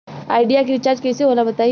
Idea के recharge कइसे होला बताई?